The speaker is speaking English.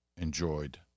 enjoyed